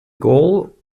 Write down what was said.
goal